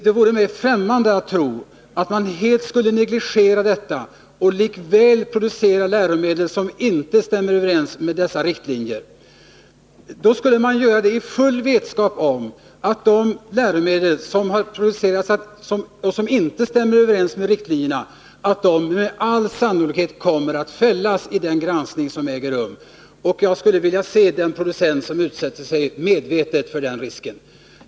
Det vore mig främmande att tro att de helt skulle negligera dessa riktlinjer och producera läromedel som inte stämmer överens med dem. De skulle i så fall göra det i full vetskap om att läromedlen med all sannolikhet skulle fällas vid den granskning som äger rum. Jag skulle vilja se den producent som utsätter sig för den risken.